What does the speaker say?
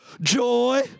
Joy